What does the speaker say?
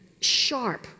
sharp